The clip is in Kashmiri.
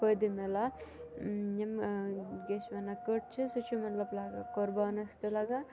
فٲیِدٕ مِلان یِم کیاہ چھِ وَنان کٔٹ چھِ سُہ چھِ مَطلَب لَگان قۄربانَس تہٕ لَگان